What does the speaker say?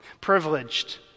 privileged